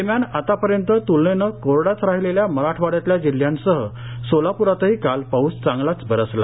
दरम्यान आतापर्यंत त्लनेनं कोरडाच राहिलेल्या मराठवाड्यातल्या जिल्ह्यांसह सोलाप्रातही काल पाऊस चांगलाच बरसला